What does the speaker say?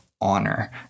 honor